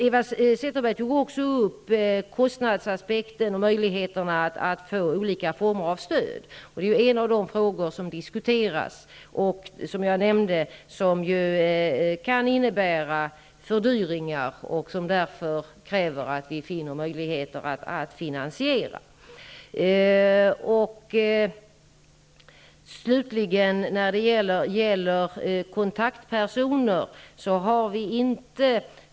Eva Zetterberg tog också upp kostnadsaspekten och möjligheterna att få olika former av stöd. Detta är en av de frågor som diskuteras och, som jag nämnde, kan innebära fördyringar och därför kräver att vi finner finansieringsmetoder.